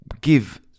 give